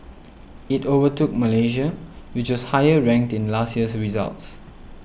it overtook Malaysia which was higher ranked in last year's results